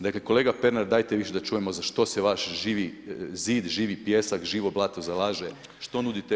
Dakle, kolega Pernar dajte više da čujemo za što se vaš Živi zid, živi pijesak, živo blato zalaže, što nudite ovoj djeci.